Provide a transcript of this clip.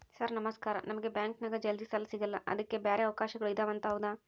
Sir ನಮಸ್ಕಾರ ನಮಗೆ ಬ್ಯಾಂಕಿನ್ಯಾಗ ಜಲ್ದಿ ಸಾಲ ಸಿಗಲ್ಲ ಅದಕ್ಕ ಬ್ಯಾರೆ ಅವಕಾಶಗಳು ಇದವಂತ ಹೌದಾ?